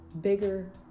bigger